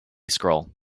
scroll